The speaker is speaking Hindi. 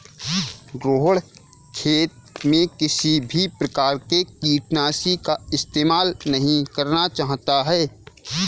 रोहण खेत में किसी भी प्रकार के कीटनाशी का इस्तेमाल नहीं करना चाहता है